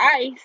ice